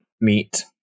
meat